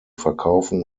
verkaufen